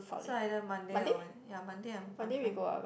so either Monday or Wed~ ya Monday I'm I'm fine